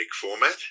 format